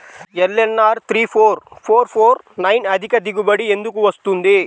LNR three four four four nine అధిక దిగుబడి ఎందుకు వస్తుంది?